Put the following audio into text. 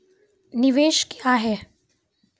निवेश क्या है?